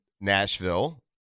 Nashville